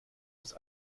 ist